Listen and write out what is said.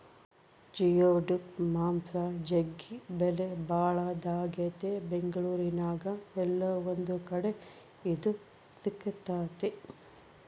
geoduck ಮಾಂಸ ಜಗ್ಗಿ ಬೆಲೆಬಾಳದಾಗೆತೆ ಬೆಂಗಳೂರಿನ್ಯಾಗ ಏಲ್ಲೊ ಒಂದು ಕಡೆ ಇದು ಸಿಕ್ತತೆ